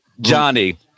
Johnny